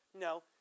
no